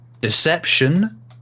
deception